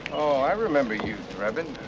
i remember you drebin.